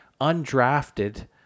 Undrafted